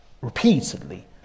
repeatedly